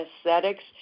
aesthetics